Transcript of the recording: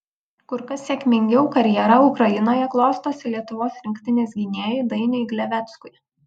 kur kas sėkmingiau karjera ukrainoje klostosi lietuvos rinktinės gynėjui dainiui gleveckui